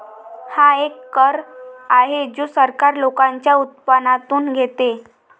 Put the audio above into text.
हा एक कर आहे जो सरकार लोकांच्या उत्पन्नातून घेते